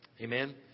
Amen